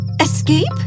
Escape